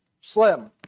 slim